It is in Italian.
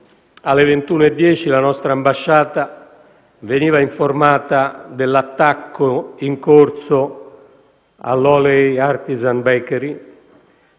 alle 21,10, la nostra ambasciata veniva informata dell'attacco in corso all'Holey Artisan Bakery.